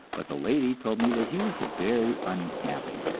but the lady told me that he was very unhappy,